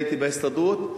הייתי בהסתדרות.